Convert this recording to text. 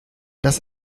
das